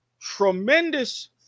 tremendous